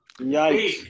yikes